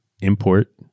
import